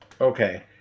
Okay